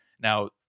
Now